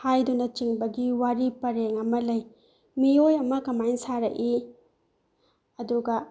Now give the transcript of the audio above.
ꯍꯥꯏꯗꯨꯅ ꯆꯤꯡꯕꯒꯤ ꯋꯥꯔꯤ ꯄꯔꯦꯡ ꯑꯃ ꯂꯩ ꯃꯤꯑꯣꯏ ꯑꯃ ꯀꯃꯥꯏꯅ ꯁꯥꯔꯛꯏ ꯑꯗꯨꯒ